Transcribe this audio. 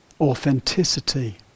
authenticity